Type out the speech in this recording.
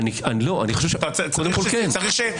אגב אני יכול לחשוב על תרחישים לעניין חבר כנסת,